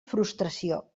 frustració